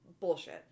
Bullshit